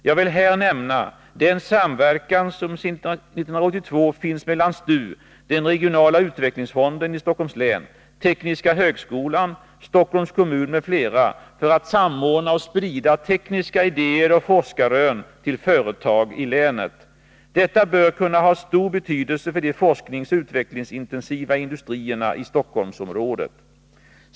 Jag vill här nämna den samverkan som sedan 1982 finns mellan STU, den regionala utvecklingsfonden i Stockholms län, tekniska högskolan, Stockholms kommun m.fl. för att samordna och sprida tekniska idéer och forskarrön till företag i länet. Detta bör kunna ha en stor betydelse för de forskningsoch utvecklingsintensiva industrierna i Stockholmsområdet.